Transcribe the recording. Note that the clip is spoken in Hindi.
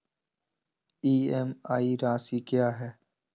ई.एम.आई राशि क्या है?